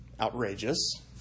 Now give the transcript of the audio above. outrageous